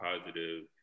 positive